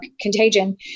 contagion